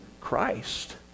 Christ